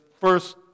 first